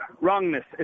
Wrongness